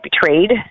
betrayed